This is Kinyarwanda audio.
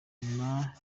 nyuma